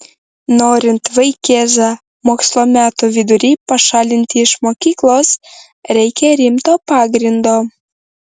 norint vaikėzą mokslo metų vidury pašalinti iš mokyklos reikia rimto pagrindo